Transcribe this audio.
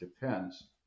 depends